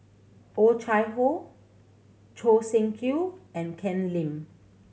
Oh Chai Hoo Choo Seng Quee and Ken Lim